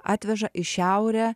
atveža į šiaurę